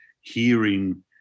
hearing